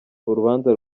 urubanza